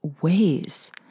ways